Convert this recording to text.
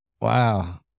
wow